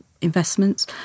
investments